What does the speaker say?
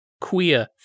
queer